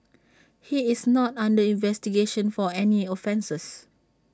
he is not under investigation for any offences